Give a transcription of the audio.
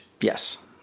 Yes